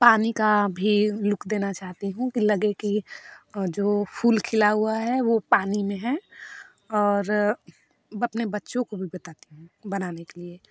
पानी का भी लुक देना चाहती हूँ कि लगे कि जो फूल खिला हुआ है वो पानी में है और अपने बच्चों को भी बताती हूँ बनाने के लिए